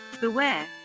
beware